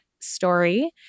story